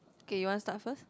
okay you want start first